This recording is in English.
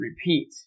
repeat